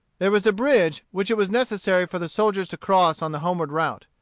there was a bridge which it was necessary for the soldiers to cross on the homeward route.